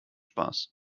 spaß